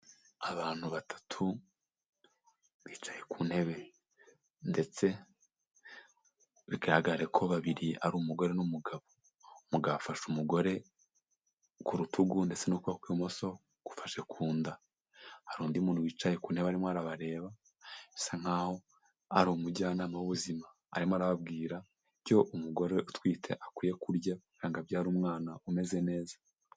Abantu batatu bicaye ku ntebe ndetse bigaragare ko babiri ari umugore n'umugabo. Umugabo afashe umugore ku rutugu, ndetse n'ukuboko kw'ibumoso gufashe ku nda. Hari undi muntu wicaye ku ntebe arimo arabareba bisa nkaho ari umujyanama w'ubuzima, arimo arababwira icyo umugore utwite akwiye kurya kugira ngo abyare umwana umeze neza.